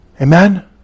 Amen